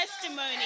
testimony